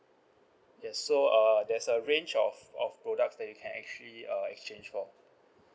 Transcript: yes so uh there's a range of of products that you can actually uh exchange for